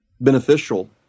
beneficial